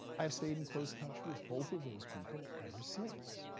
i've stayed in close touch with both of those people ever since.